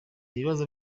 ibibazo